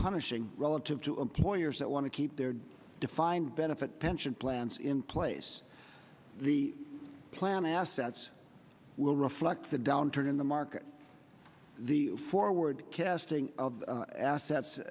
punishing relative to employers that want to keep their defined benefit pension plans in place the plan assets will reflect the downturn in the market the forward casting of assets